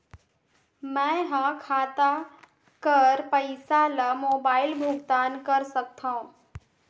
मैं ह खाता कर पईसा ला मोबाइल भुगतान कर सकथव?